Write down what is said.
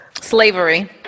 Slavery